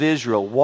Israel